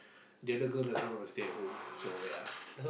the other girl doesn't wanna stay at home so ya